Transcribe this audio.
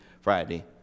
Friday